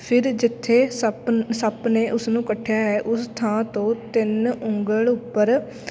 ਫਿਰ ਜਿੱਥੇ ਸੱਪ ਸੱਪ ਨੇ ਉਸ ਨੂੰ ਕੱਟਿਆ ਹੈ ਉਸ ਥਾਂ ਤੋਂ ਤਿੰਨ ਉਂਗਲ ਉੱਪਰ